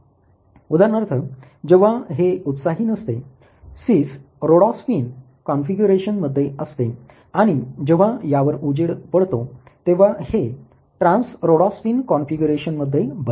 उदाहरणार्थ जेव्हा हे उत्साही नसते सिस ऱ्होडॉप्सीन कॉन्फिगरेशन मध्ये असते आणि जेव्हा यावर उजेड पडतो तेव्हा हे ट्रान्स ऱ्होडॉप्सीन कॉन्फिगरेशन मध्ये बदलते